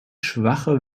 schwache